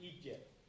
Egypt